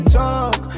talk